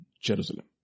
Jerusalem